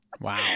Wow